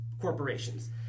corporations